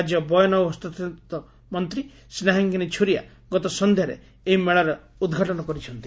ରାଜ୍ୟ ବୟନ ଓ ହସ୍ତଶିକ୍କ ମନ୍ତୀ ସ୍ନେହାଙିିନୀ ଛୁରିଆ ଗତ ସନ୍ଧ୍ୟାରେ ଏହି ମେଳାର ଉଦ୍ଘାଟନ କରିଛନ୍ତି